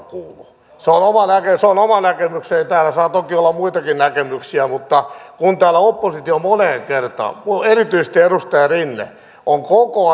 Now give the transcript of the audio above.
kuulu se on oma näkemykseni täällä saa toki olla muitakin näkemyksiä mutta kun täällä oppositio moneen kertaan erityisesti edustaja rinne on koko